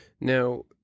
Now